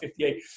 58